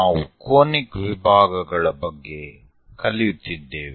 ನಾವು ಕೋನಿಕ್ ವಿಭಾಗಗಳ ಬಗ್ಗೆ ಕಲಿಯುತ್ತಿದ್ದೇವೆ